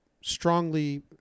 strongly